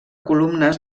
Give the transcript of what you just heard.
columnes